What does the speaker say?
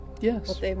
Yes